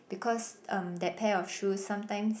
because um that pair of shoes sometimes